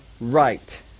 right